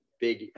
big